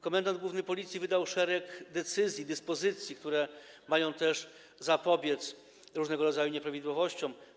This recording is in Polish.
Komendant główny Policji wydał szereg decyzji, dyspozycji, które mają też zapobiec różnego rodzaju nieprawidłowościom.